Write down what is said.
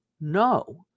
No